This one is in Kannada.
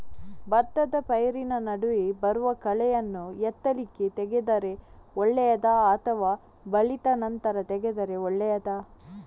ಭತ್ತದ ಪೈರಿನ ನಡುವೆ ಬರುವ ಕಳೆಯನ್ನು ಎಳತ್ತಲ್ಲಿ ತೆಗೆದರೆ ಒಳ್ಳೆಯದಾ ಅಥವಾ ಬಲಿತ ನಂತರ ತೆಗೆದರೆ ಒಳ್ಳೆಯದಾ?